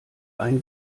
ein